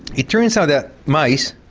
it turns out that mice,